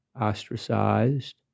ostracized